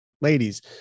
ladies